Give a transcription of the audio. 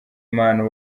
impano